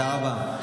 מזל טוב.